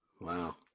Wow